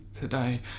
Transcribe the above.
today